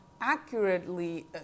accurately